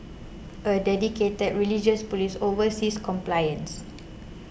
a dedicated religious police oversees compliances